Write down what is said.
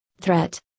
threat